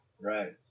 Right